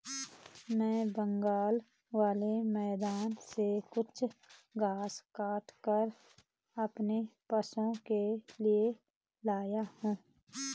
मैं बगल वाले मैदान से कुछ घास काटकर अपने पशुओं के लिए लाया हूं